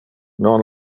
non